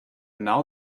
now